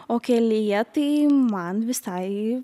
o kelyje tai man visai